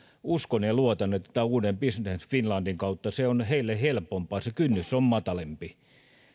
uskon ja luotan että tämän uuden business finlandin kautta se on heille helpompaa se kynnys on matalampi